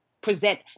present